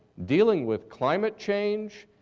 dealing with climate change,